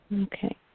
Okay